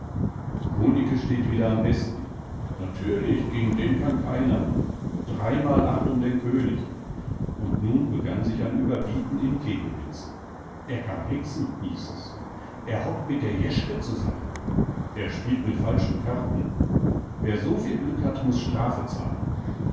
steht wieder am besten natürlich gegen den kann keiner dreimal acht um den könig und nun begann ein sich überbieten in kegelwitzen er kann hexen hieß es er hockt mit der jeschke zusammen er spielt mit falschen karten wer so viel glück hat muß strafe zahlen